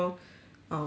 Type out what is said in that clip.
um